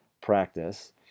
practice